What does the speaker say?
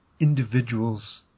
individuals